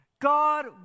God